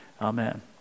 Amen